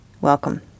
Welcome